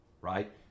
right